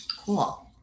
cool